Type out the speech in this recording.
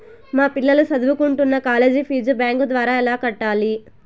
మా పిల్లలు సదువుకుంటున్న కాలేజీ ఫీజు బ్యాంకు ద్వారా ఎలా కట్టాలి?